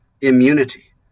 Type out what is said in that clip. immunity